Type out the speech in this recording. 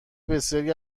بسیاری